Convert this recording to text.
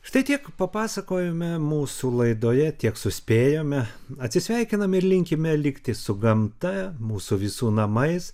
štai tiek papasakojome mūsų laidoje tiek suspėjome atsisveikinam ir linkime likti su gamta mūsų visų namais